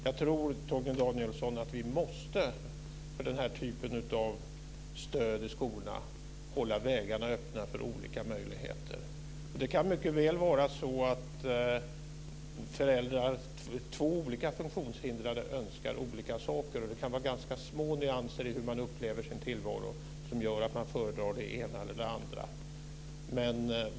Jag tror, Torgny Danielsson, att vi måste hålla vägarna öppna för olika möjligheter när det gäller den här typen av stöd i skolorna. Det kan mycket väl vara så att föräldrarna till två olika funktionshindrade önskar olika saker. Det kan vara ganska små nyanser i hur man upplever sin tillvaro som gör att man föredrar det ena eller det andra.